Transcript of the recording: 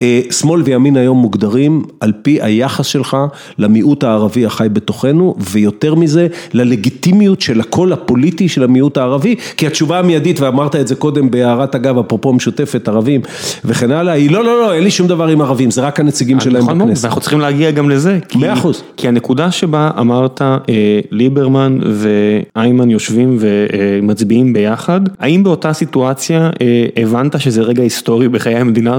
שמאל וימין היום מוגדרים על פי היחס שלך למיעוט הערבי החי בתוכנו ויותר מזה ללגיטימיות של הכל הפוליטי של המיעוט הערבי, כי התשובה המיידית ואמרת את זה קודם בהערת אגב, אפרופו משותפת ערבים וכן הלאה, היא לא, לא, לא, אין לי שום דבר עם ערבים, זה רק הנציגים שלהם בכנסת. נכון מאוד ואנחנו צריכים להגיע גם לזה מאה אחוז, כי הנקודה שבה אמרת ליברמן ואיימן יושבים ומצביעים ביחד, האם באותה סיטואציה הבנת שזה רגע היסטורי בחיי המדינה?